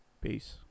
Peace